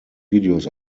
videos